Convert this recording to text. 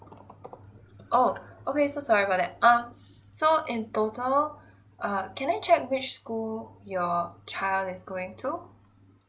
oh okay so sorry for that um so in total uh can I check which school your child is going to